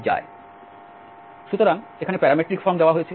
সুতরাং parametric form দেওয়া হয়েছে